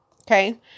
okay